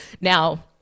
Now